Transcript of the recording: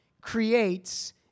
creates